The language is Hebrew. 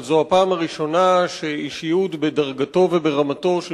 אבל זו הפעם הראשונה שאישיות בדרגתו וברמתו של